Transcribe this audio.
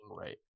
right